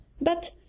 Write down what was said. But